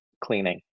cleaning